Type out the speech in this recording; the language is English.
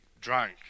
drunk